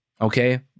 okay